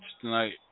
tonight